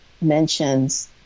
mentions